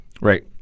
Right